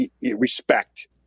respect